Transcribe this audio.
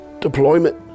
deployment